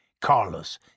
Carlos